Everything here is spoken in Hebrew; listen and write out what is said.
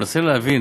אני מנסה להבין.